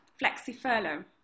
Flexi-furlough